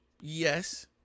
Yes